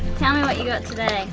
tell me what you got today